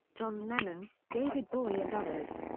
john lennon, david bowie and others.